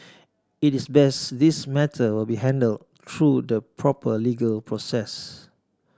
it is best this matter will be handled through the proper legal process